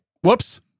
whoops